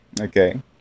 okay